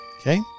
Okay